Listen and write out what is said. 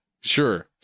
sure